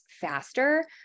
faster